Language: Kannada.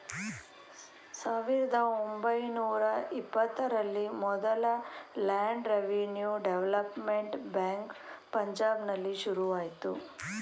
ಸಾವಿರದ ಒಂಬೈನೂರ ಇಪ್ಪತ್ತರಲ್ಲಿ ಮೊದಲ ಲ್ಯಾಂಡ್ ರೆವಿನ್ಯೂ ಡೆವಲಪ್ಮೆಂಟ್ ಬ್ಯಾಂಕ್ ಪಂಜಾಬ್ನಲ್ಲಿ ಶುರುವಾಯ್ತು